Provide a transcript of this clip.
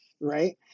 right